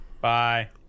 Bye